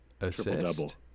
assist